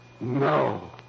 No